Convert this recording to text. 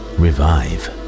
revive